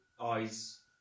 eyes